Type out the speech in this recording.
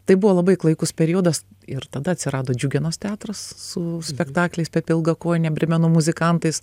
tai buvo labai klaikus periodas ir tada atsirado džiugenos teatras su spektakliais pepė ilgakojinė brėmeno muzikantais